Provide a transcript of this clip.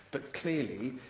but, clearly,